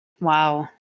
Wow